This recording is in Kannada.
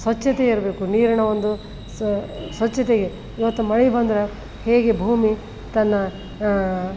ಸ್ವಚ್ಛತೆ ಇರಬೇಕು ನೀರಿನ ಒಂದು ಸ್ವಚ್ಛತೆಗೆ ಇವತ್ತು ಮಳೆ ಬಂದ್ರೆ ಹೇಗೆ ಭೂಮಿ ತನ್ನ